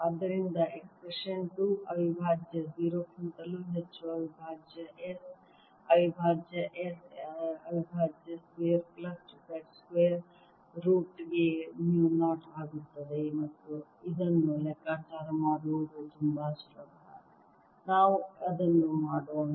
ಆದ್ದರಿಂದ ಎಕ್ಸ್ಪ್ರೆಶನ್ 2 ಅವಿಭಾಜ್ಯ 0 ಕ್ಕಿಂತಲೂ ಹೆಚ್ಚು ಅವಿಭಾಜ್ಯ s ಅವಿಭಾಜ್ಯ s ಅವಿಭಾಜ್ಯ square plus z square root ಗೆ ಮ್ಯೂ 0 ಆಗುತ್ತದೆ ಮತ್ತು ಇದನ್ನು ಲೆಕ್ಕಾಚಾರ ಮಾಡುವುದು ತುಂಬಾ ಸುಲಭ ನಾವು ಅದನ್ನು ಮಾಡೋಣ